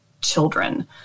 children